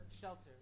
Shelter